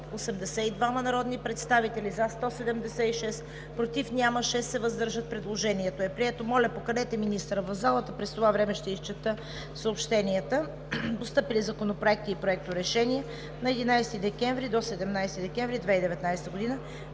182 народни представители: за 176, против няма, въздържали се 6. Предложението е прието. Моля, поканете министъра в залата –¬ през това време ще изчета съобщенията. Постъпили законопроекти и проекторешения от 11 декември до 17 декември 2019 г.: